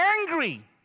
angry